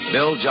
Bill